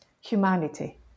humanity